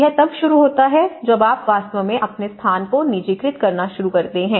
यह तब शुरू होता है जब आप वास्तव में अपने स्थान को निजीकृत करना शुरू करते हैं